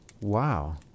wow